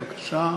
מתנגד.